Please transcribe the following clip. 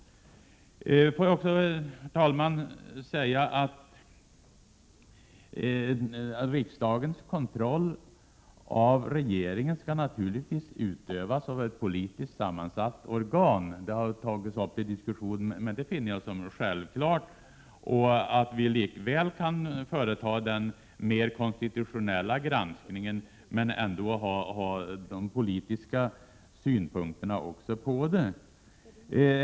Får jag också, herr talman, säga att riksdagens kontroll av regeringen naturligtvis skall utövas av ett politiskt sammansatt organ. Det har tagits upp till diskussion, men jag anser att detta är självklart. Vi kan företa den mer konstitutionella granskningen samtidigt som vi anlägger politiska synpunkter på det hela.